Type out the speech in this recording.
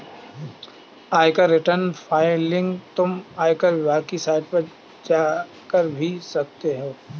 आयकर return filing तुम आयकर विभाग की साइट पर जाकर भी कर सकते हो